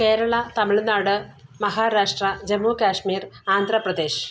Kerala Tamil Nadu Maharashtra Jammu Kashmir Andhra Pradesh